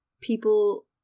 people